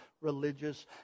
religious